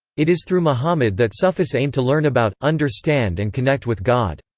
it is through muhammad that sufis aim to learn about, understand and connect with god.